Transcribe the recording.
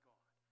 God